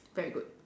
very good